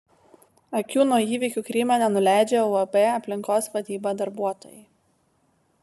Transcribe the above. akių nuo įvykių kryme nenuleidžia uab aplinkos vadyba darbuotojai